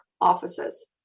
offices